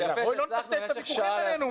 בוא לא נטשטש את הוויכוחים בינינו.